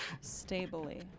Stably